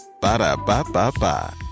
Ba-da-ba-ba-ba